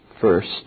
first